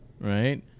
right